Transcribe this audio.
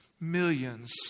millions